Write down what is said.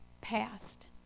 passed